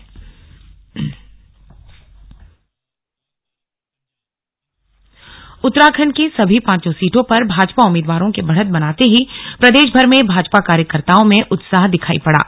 चुनाव परिणाम माहौल उत्तराखंड की सभी पांचों सीटों पर भाजपा उम्मीदवारों के बढ़त बनाते ही प्रदेशभर में भाजपा कार्यकर्ताओं में उत्साह दिखाई पड़ा